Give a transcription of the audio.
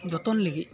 ᱡᱚᱛᱚᱱ ᱞᱟᱹᱜᱤᱫ